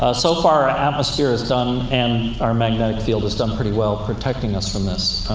ah so far, our atmosphere has done, and our magnetic field has done pretty well protecting us from this.